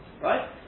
right